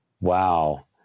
Wow